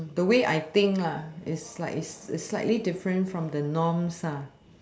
the way I think lah is like is slightly different from the norms lah